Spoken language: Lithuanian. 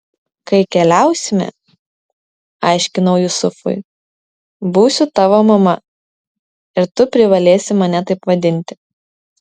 kai keliausime aiškinau jusufui būsiu tavo mama ir tu privalėsi mane taip vadinti